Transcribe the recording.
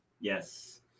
Yes